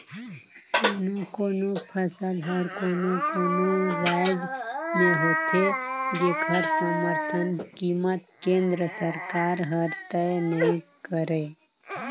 कोनो कोनो फसल हर कोनो कोनो रायज में होथे जेखर समरथन कीमत केंद्र सरकार हर तय नइ करय